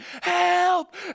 help